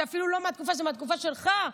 זה מהתקופה שלך.